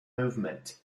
movement